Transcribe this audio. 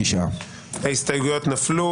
הצבעה בעד, 5 נגד, 9 נמנעים,